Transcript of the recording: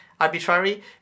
arbitrary